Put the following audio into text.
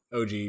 OG